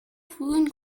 frühen